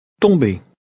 Tomber